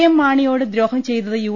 M മാണിയോട് ദ്രോഹം ചെയ്തത് യു